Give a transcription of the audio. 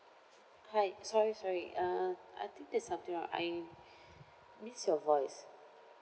hi sorry sorry uh I think there's something I missed your voice